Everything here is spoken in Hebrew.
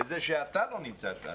וזה שאתה לא נמצא שם,